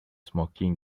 smoking